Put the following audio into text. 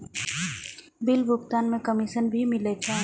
Bill भुगतान में commission भी मिले छै?